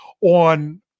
on